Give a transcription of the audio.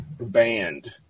band